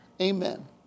Amen